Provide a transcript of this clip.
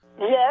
Yes